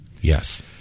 Yes